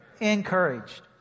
encouraged